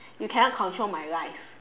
you cannot control my life